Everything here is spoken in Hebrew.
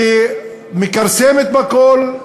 שמכרסמת בכול,